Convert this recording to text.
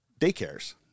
daycares